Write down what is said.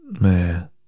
Man